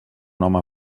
home